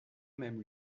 même